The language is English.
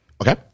okay